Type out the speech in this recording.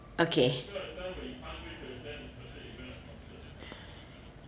okay